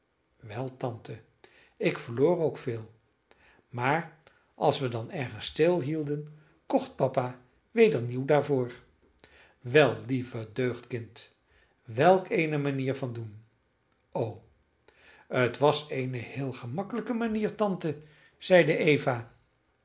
wel tante ik verloor ook veel maar als we dan ergens stilhielden kocht papa weder nieuw daarvoor wel lieve deugd kind welk eene manier van doen o het was eene heel gemakkelijke manier tante zeide eva